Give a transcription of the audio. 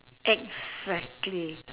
exactly